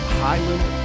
highland